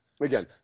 Again